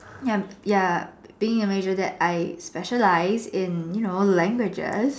yup ya being in major that I specialize in you know languages